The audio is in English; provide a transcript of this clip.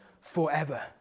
forever